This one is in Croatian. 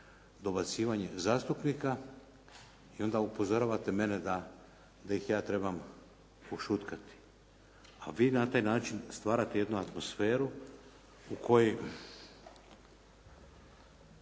dobacivanje zastupnika i onda upozoravate mene da ih ja trebam ušutkati, a vi na taj način stvarate jednu atmosferu u kojoj